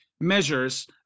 measures